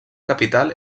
capital